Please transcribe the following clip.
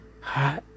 hot